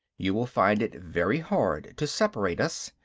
you will find it very hard to separate us.